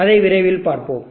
அதை விரைவில் பார்ப்போம்